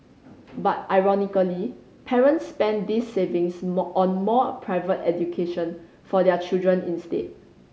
but ironically parents spent these savings more on more private education for their children instead